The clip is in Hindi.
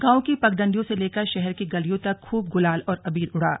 गांवों की पगडंडियों से लेकर शहर की गलियों तक खूब गुलाल और अबीर उड़ा